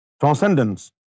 Transcendence